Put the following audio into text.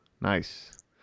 Nice